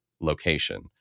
location